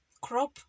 crop